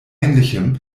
ähnlichem